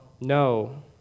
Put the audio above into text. no